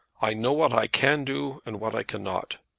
i know what i can do, and what i cannot.